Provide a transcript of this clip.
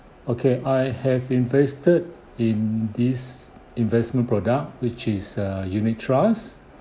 okay I have invested in this investment product which is a unit trust